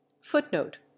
Footnote